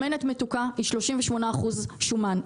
שמנת מתוקה היא 38% שומן,